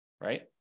right